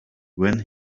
when